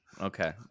Okay